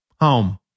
home